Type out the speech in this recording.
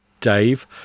Dave